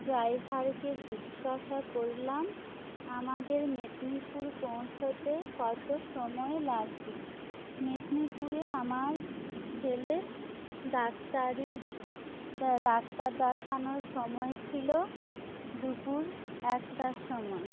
ড্রাইভারকে জিজ্ঞাসা করলাম আমাদের মেদিনীপুর পৌঁছতে কত সময় লাগবে মেদিনীপুরে আমার ছেলের ডাক্তারি ডাক্তার দেখানোর সময় ছিল দুপুর একটার সময়